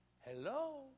Hello